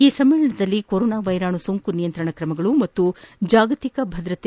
ಈ ಸಮ್ಮಳನದಲ್ಲಿ corona virus ಸೊಂಕು ನಿಯಂತ್ರಣ ತ್ರಮಗಳು ಮತ್ತು ಜಾಗತಿಕ ಭದ್ರತೆ